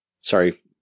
sorry